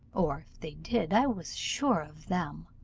or if they did, i was sure of them.